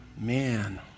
Man